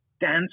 dance